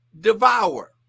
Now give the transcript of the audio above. devour